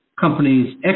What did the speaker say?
companies